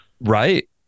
Right